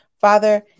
Father